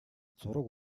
зураг